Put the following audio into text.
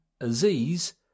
Aziz